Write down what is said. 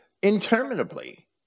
interminably